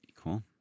cool